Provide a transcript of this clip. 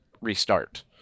restart